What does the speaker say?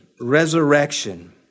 resurrection